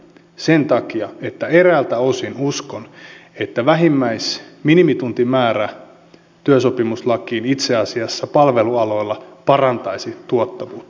sen takia että eräiltä osin uskon minimituntimäärä työsopimuslakiin itse asiassa palvelualoilla parantaisi tuottavuutta